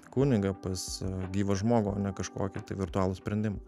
kunigą pas gyvą žmogų o ne kažkokį tai virtualų sprendimą